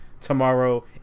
tomorrow